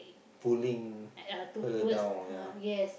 pulling her down ya